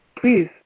please